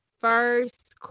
First